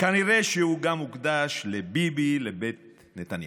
נראה שהוא הוקדש גם לביבי לבית נתניהו.